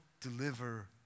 deliver